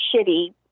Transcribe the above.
shitty